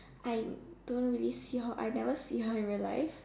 I don't really see how I never seen her in real life